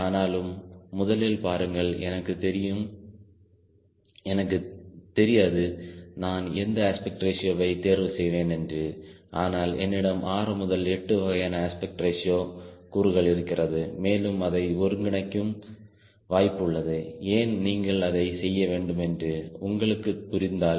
ஆனாலும் முதலில் பாருங்கள் எனக்கு தெரியாது நான் எந்த அஸ்பெக்ட் ரேஷியோ வை தேர்வு செய்வேன் என்று ஆனால் என்னிடம் 6 முதல் 8 வகையான அஸ்பெக்ட் ரேஷியோ கூறுகள் இருக்கிறது மேலும் அதை ஒருங்கிணைக்கும் வாய்ப்பு உள்ளதுஏன் நீங்கள் அதை செய்ய வேண்டுமென்று உங்களுக்கு புரிந்தால்